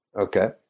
Okay